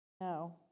no